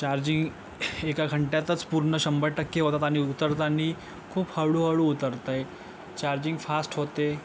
charging एका घंट्यातच पूर्ण शंभर टक्के होतात आणि उतरतानी खूप हळूहळू उतरतं आहे चार्जिंग फास्ट होते